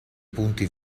punti